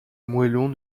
moellons